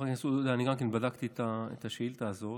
חבר הכנסת עודה, אני גם בדקתי את השאילתה הזאת.